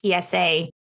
PSA